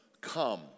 come